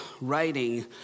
writing